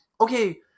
Okay